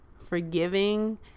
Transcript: forgiving